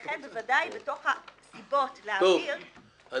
לכן בוודאי בתוך הסיבות להעביר --- טוב,